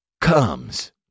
comes